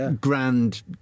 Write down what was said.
grand